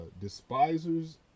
despisers